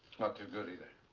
not too good, either.